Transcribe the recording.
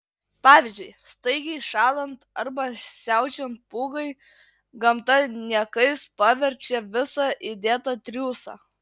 pavyzdžiui staigiai šąlant arba siaučiant pūgai gamta niekais paverčia visą įdėtą triūsą